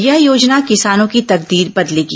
यह योजना किसानों की तकदीर बदलेगी